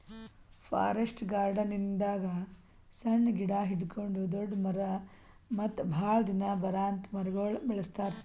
forest ಗಾರ್ಡನಿಂಗ್ದಾಗ್ ಸಣ್ಣ್ ಗಿಡ ಹಿಡ್ಕೊಂಡ್ ದೊಡ್ಡ್ ಮರ ಮತ್ತ್ ಭಾಳ್ ದಿನ ಬರಾಂತ್ ಮರಗೊಳ್ ಬೆಳಸ್ತಾರ್